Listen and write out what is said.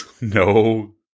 No